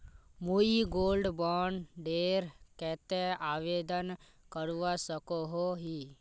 मुई gold bond डेर केते आवेदन करवा सकोहो ही?